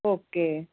okay